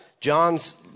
John's